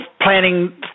planning